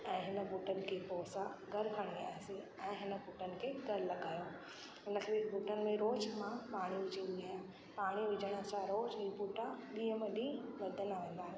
ऐं हिन ॿूटनि खे पोइ असां घरु खणी आयासीं ऐं हिन ॿूटनि खे घरु लॻायो इन करे ॿूटनि खे रोज़ु मां पाणी ॾींदी आहियां पाणी विझण सां रोज़ु ही ॿूटा ॾींहं में ॾींहं वधंदा वेंदा आहिनि